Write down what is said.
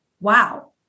wow